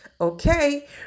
Okay